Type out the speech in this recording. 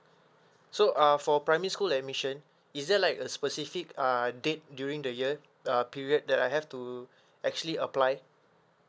so uh for primary school admission is there like a specific uh date during the year uh period that I have to actually apply